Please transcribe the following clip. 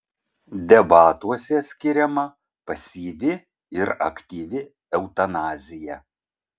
debatuose skiriama pasyvi ir aktyvi eutanazija